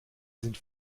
sind